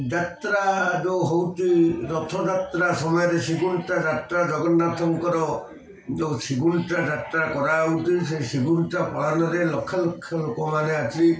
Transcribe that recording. ଯାତ୍ରା ଯେଉଁ ହଉଛି ରଥଯାତ୍ରା ସମୟରେ ଶ୍ରୀଗୁଣ୍ଡିଚା ଯାତ୍ରା ଜଗନ୍ନାଥଙ୍କର ଯେଉଁ ଶ୍ରୀଗୁଣ୍ଡିଚା ଯାତ୍ରା କରାହଉଛି ସେ ଶ୍ରୀଗୁଣ୍ଡିଚା ପାଳନରେ ଲକ୍ଷ ଲକ୍ଷ ଲୋକମାନେ ଆସି